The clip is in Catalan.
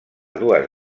dues